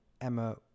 Emma